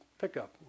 pickup